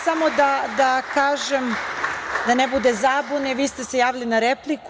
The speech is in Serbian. Samo da kažem da ne bude zabune, vi ste se javili na repliku.